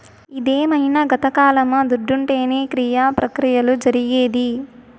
ఇదేమైన గతకాలమా దుడ్డుంటేనే క్రియ ప్రక్రియలు జరిగేది